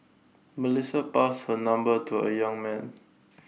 Melissa passed her number to A young man